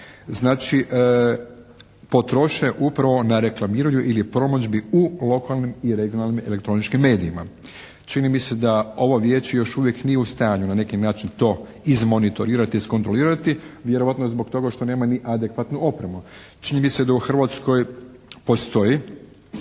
znači, potroše upravo na reklamiranju ili promidžbi u lokalnim i regionalnim elektroničkim medijima. Čini mi se da ovo Vijeće još uvijek nije u stanju na neki način to izmonitorirati, iskontrolirati vjerojatno zbog toga što nema ni adekvatnu opremu. Činjenica je da u Hrvatskoj postoji